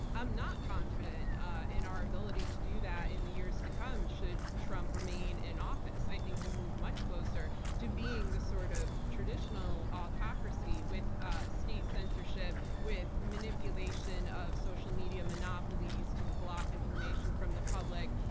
i'm not confident ah in our ability to do that in the years to come, should trump remain in office. i think we'll move much closer to being the sort of traditional autocracy with ah state censorship, with manipulation of social media monopolies to block information from the public.